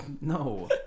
No